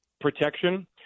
protection